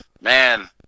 Man